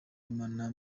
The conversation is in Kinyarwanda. imana